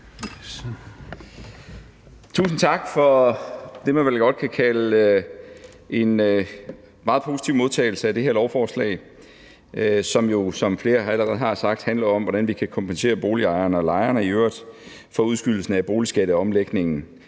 Tusind tak for det, som man vel godt kan kalde en meget positiv modtagelse af det her lovforslag, som jo, som flere allerede har sagt, handler om, hvordan vi kan kompensere boligejerne og lejerne i øvrigt for udskydelsen af boligskatteomlægningen